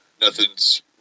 nothing's